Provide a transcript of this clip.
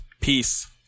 Peace